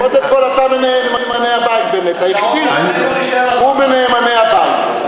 קודם כול, אתה מנאמני הבית באמת, הוא מנאמני הבית.